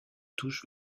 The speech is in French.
touche